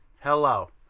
Hello